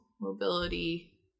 mobility